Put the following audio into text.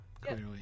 Clearly